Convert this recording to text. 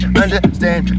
understand